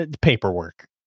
Paperwork